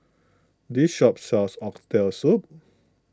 this shop sells Oxtail Soup